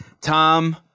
Tom